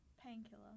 Painkiller